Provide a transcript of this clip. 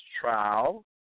trial